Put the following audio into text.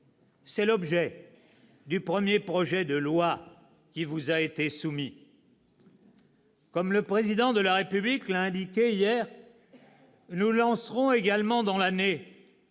C'est l'objet du premier projet de loi qui vous a été soumis. « Comme le Président de la République l'a indiqué hier, nous lancerons également dans l'année